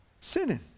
Sinning